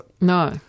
No